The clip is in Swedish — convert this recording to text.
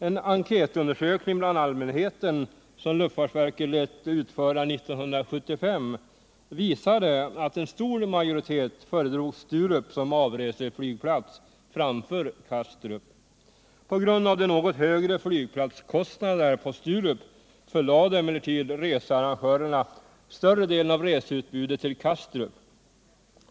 En enkätundersökning bland allmänheten som luftfartsverket lät utföra 1975 visade att en stor majoritet föredrog Sturup som avreseflygplats framför Kastrup. På grund av de något högre flygplatskostnaderna på Sturup förlade emellertid researrangörerna större delen av reseutbudet till Kastrup.